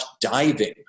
diving